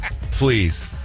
please